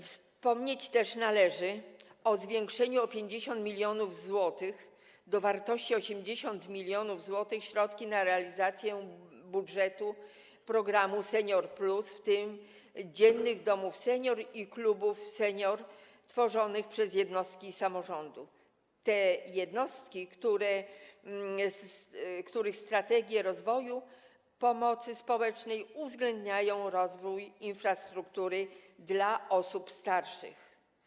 Wspomnieć też należy o zwiększeniu o 50 mln zł, do wartości 80 mln zł, środków na realizację programu „Senior+”, w tym na prowadzenie dziennych domów seniorów i klubów seniorów, tworzonych przez jednostki samorządu, te jednostki, których strategie rozwoju pomocy społecznej uwzględniają rozwój infrastruktury dla osób starszych.